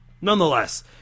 nonetheless